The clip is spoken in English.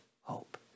hope